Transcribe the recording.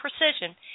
precision